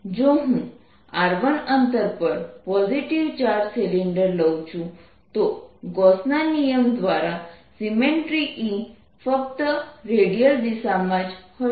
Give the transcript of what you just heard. તો જો હું R1 અંતર પર પોઝિટિવ ચાર્જ સિલિન્ડર લઉં છું તો ગોસના નિયમ દ્વારા સિમ્મેટરી E ફક્ત રેડિયલ દિશામાં જ રહેશે